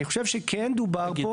אני חושב שכן דובר פה